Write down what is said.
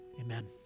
Amen